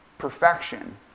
perfection